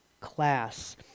class